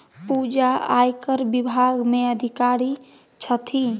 पूजा आयकर विभाग मे अधिकारी छथि